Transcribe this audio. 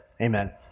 Amen